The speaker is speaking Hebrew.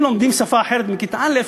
אם לומדים שפה אחרת מכיתה א',